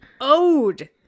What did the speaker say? owed